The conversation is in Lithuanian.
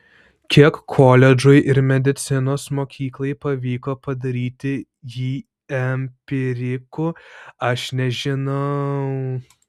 kiek koledžui ir medicinos mokyklai pavyko padaryti jį empiriku aš nežinau